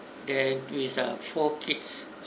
there with err four kids